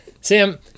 Sam